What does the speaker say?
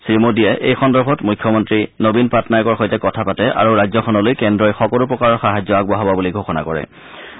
শ্ৰীমোডীয়ে এই সন্দৰ্ভত মুখ্যমন্ত্ৰী নবীন পাটনায়কৰ সৈতে কথা পাতিছে আৰু ৰাজ্যখনলৈ কেন্দ্ৰই সকলো প্ৰকাৰৰ সাহায্য আগবঢ়াব বুলি ঘোষণা কৰিছে